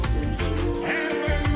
Heaven